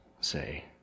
say